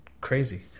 crazy